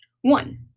one